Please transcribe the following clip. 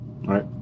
right